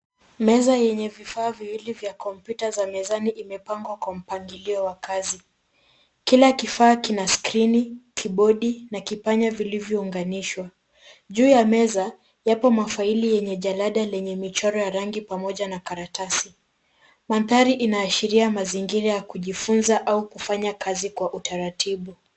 Meza yenye vifaa viwili vya kompyuta a mezani imepangwa kwa mpangilio wa kazi. Kila kifaa kina skrini, kibodi na kipanya vilivyounganishwa. Juu ya meza yapo mafaili yenye jalada michoro ya rangi pamoja na karatasi. Madhaari inaashiria mazingira ya kujifunza au kufanya kazi kwa utaratibu.